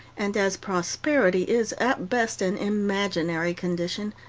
and as prosperity is, at best, an imaginary condition,